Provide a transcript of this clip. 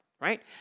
right